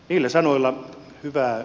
ylisanoilla hyvää